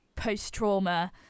post-trauma